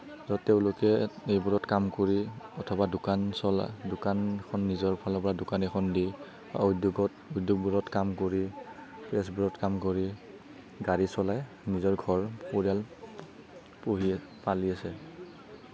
তেওঁলোকে এইবোৰত কাম কৰি অথবা দোকান চলাই দোকানখন নিজৰ ফালৰ পৰা দোকান এখন দি উদ্যোগত উদ্য়োগবোৰত কাম কৰি প্ৰেছবোৰত কাম কৰি গাড়ী চলাই নিজৰ ঘৰ পৰিয়াল পোহি পালি আছে